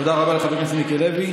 תודה רבה לחבר הכנסת מיקי לוי.